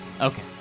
Okay